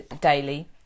daily